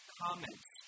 comments